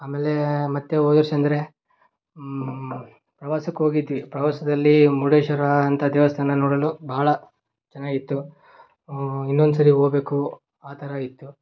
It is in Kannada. ಆಮೇಲೆ ಮತ್ತೆ ಹೋದವರ್ಷ ಅಂದರೆ ಪ್ರವಾಸಕ್ಕೆ ಹೋಗಿದ್ವಿ ಪ್ರವಾಸದಲ್ಲಿ ಮುರುಡೇಶ್ವರ ಅಂತ ದೇವಸ್ಥಾನ ನೋಡಲು ಬಹಳ ಚೆನ್ನಾಗಿತ್ತು ಇನ್ನೊಂದು ಸರಿ ಹೋಗ್ಬೇಕು ಆ ಥರ ಇತ್ತು